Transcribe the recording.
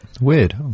Weird